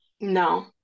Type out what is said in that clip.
No